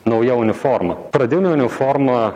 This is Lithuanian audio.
nauja uniforma pradinė uniforma